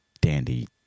dandy